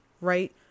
right